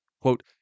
quote